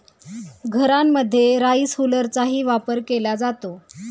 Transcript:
घरांमध्ये राईस हुलरचाही वापर केला जातो